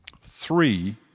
Three